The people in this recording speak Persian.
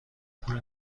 پول